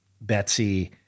Betsy